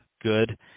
good